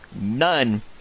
none